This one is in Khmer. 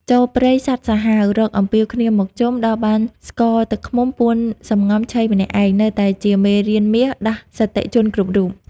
«ចូលព្រៃសត្វសាហាវ រកអំពាវគ្នាមកជុំ ដល់បានស្ករទឹកឃ្មុំ ពួនសំងំឆីម្នាក់ឯង» នៅតែជាមេរៀនមាសដាស់សតិជនគ្រប់រូប។